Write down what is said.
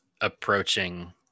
approaching